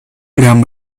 gran